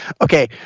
Okay